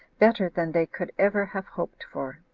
better than they could ever have hoped for.